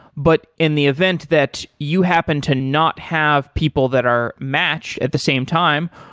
but in the event that you happen to not have people that are matched at the same time,